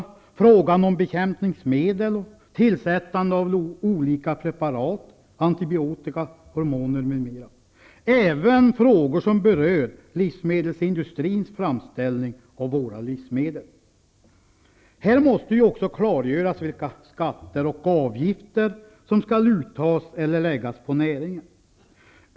Vidare gäller det frågan om bekämpningsmedel och detta med att av olika preparat tillsätts -- antibiotika, hormoner m.m. Även frågor som berör livsmedelsindustrins framställning och våra livsmedel gäller det. Här måste också klargöras vilka skatter och avgifter som skall tas ut eller läggas på näringen.